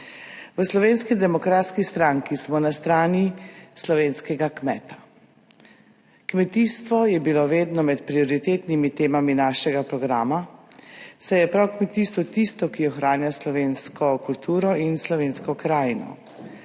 V Slovenski demokratski stranki smo na strani slovenskega kmeta. Kmetijstvo je bilo vedno med prioritetnimi temami našega programa, saj je prav kmetijstvo tisto, ki ohranja slovensko kulturo in slovensko krajino.